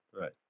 right